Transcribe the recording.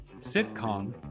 sitcom